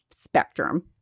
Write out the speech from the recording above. spectrum